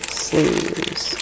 sleeves